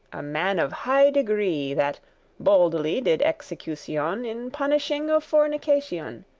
a man of high degree, that boldely did execution, in punishing of fornication,